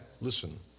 listen